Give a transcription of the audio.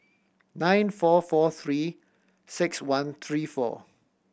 nine four four Three Six One three four